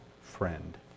friend